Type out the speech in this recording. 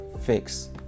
fix